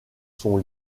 sont